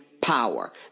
power